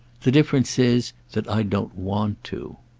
the difference is that i don't want to.